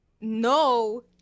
no